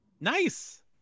nice